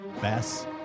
Bass